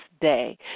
day